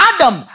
Adam